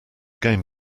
game